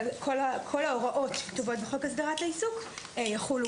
כל ההוראות שכתובות בחוק הסדרת העיסוק יחולו